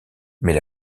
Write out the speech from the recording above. mais